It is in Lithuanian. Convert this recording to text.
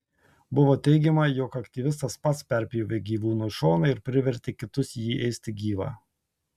buvo teigiama jog aktyvistas pats perpjovė gyvūnui šoną ir privertė kitus jį ėsti gyvą